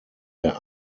der